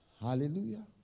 Hallelujah